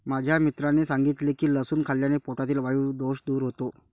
माझ्या मित्राने सांगितले की लसूण खाल्ल्याने पोटातील वायु दोष दूर होतो